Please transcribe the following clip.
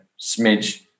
smidge